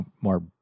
more